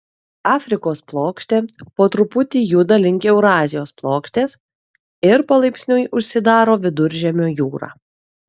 afrikos plokštė po truputį juda link eurazijos plokštės ir palaipsniui užsidaro viduržemio jūra